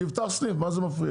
שיפתח סניף, מה זה מפריע?